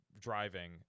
driving